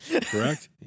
Correct